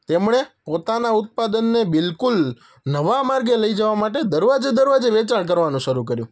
તેમણે પોતાના ઉત્પાદનને બિલકુલ નવા માર્ગે લઈ જવા માટે દરવાજે દરવાજે વેચાણ કરવાનું શરૂ કર્યું